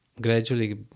gradually